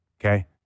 okay